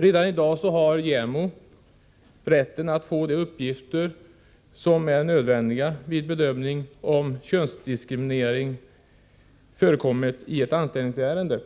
Redan i dag har JämO rätten att erhålla de uppgifter som är nödvändiga vid en bedömning av om könsdiskriminering förekommit i ett anställningsärende.